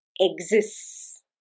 exists